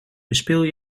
bespeel